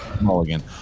mulligan